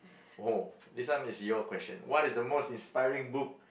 oh this one is your question what is the most inspiring book